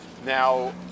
Now